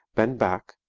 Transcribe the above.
bend back,